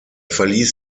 verließ